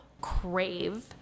crave